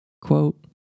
Quote